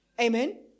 Amen